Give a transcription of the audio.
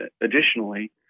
additionally